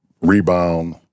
Rebound